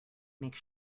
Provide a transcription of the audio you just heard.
make